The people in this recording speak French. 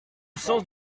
sens